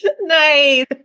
Nice